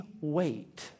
wait